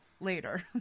later